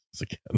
again